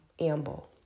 amble